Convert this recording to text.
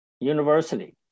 university